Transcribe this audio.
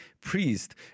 priest